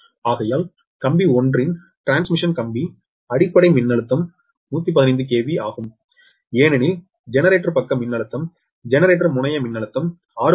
ஆகையால் கம்பி 1 இன் டிரான்ஸ்மிஷன் கம்பி அடிப்படை மின்னழுத்தம் 115 KV ஆகும் ஏனெனில் ஜெனரேட்டர் பக்க மின்னழுத்தம் ஜெனரேட்டர் முனைய மின்னழுத்தம் 6